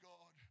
God